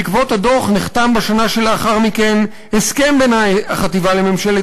בעקבות הדוח נחתם בשנה לאחר מכן הסכם בין החטיבה לממשלת